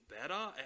better